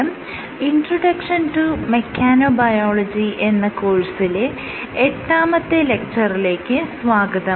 'introduction to mechanobiology എന്ന കോഴ്സിലെ എട്ടാമത്തെ ലെക്ച്ചറിലേക്ക് സ്വാഗതം